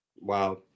Wow